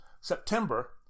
September